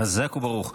חזק וברוך.